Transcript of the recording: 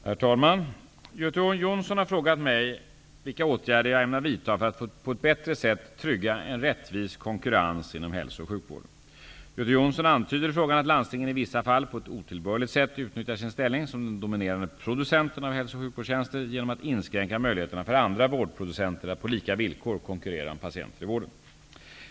Herr talman! Göte Jonsson har frågat mig vilka åtgärder jag ämnar vidta för att på ett bättre sätt trygga en rättvis konkurrens inom hälso och sjukvården. Göte Jonsson antyder i frågan att landstingen i vissa fall på ett otillbörligt sätt utnyttjar sin ställning som den dominerande producenten av hälso och sjukvårdstjänster genom att inskränka möjligheterna för andra vårdproducenter att på lika villkor konkurrera om patienter i vården.